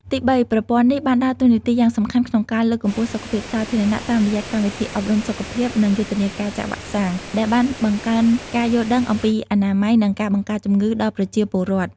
ទីបីប្រព័ន្ធនេះបានដើរតួនាទីយ៉ាងសំខាន់ក្នុងការលើកកម្ពស់សុខភាពសាធារណៈ តាមរយៈកម្មវិធីអប់រំសុខភាព និងយុទ្ធនាការចាក់វ៉ាក់សាំង ដែលបានបង្កើនការយល់ដឹងអំពីអនាម័យ និងការបង្ការជំងឺដល់ប្រជាពលរដ្ឋ។